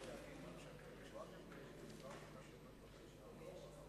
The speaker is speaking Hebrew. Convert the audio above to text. חברי חברי הכנסת, מכובדי שר הרווחה,